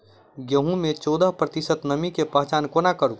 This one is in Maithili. गेंहूँ मे चौदह प्रतिशत नमी केँ पहचान कोना करू?